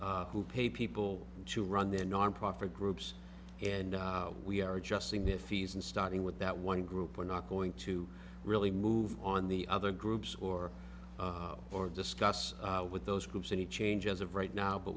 who pay people to run their nonprofit groups and we are adjusting to fees and starting with that one group we're not going to really move on the other groups or or discuss with those groups any change as of right now but